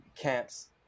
camps